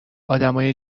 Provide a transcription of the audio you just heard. ادمای